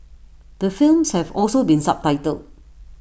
the films have also been subtitled